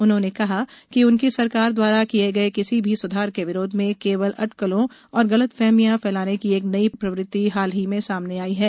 उन्होंने कहा कि उनकी सरकार द्वारा किए गये किसी भी सुधार का विरोध केवल अटकलों और गलतफहमियां फैलाने की एक नई प्रवृत्ति हाल ही में सामने आई है